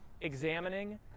examining